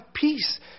peace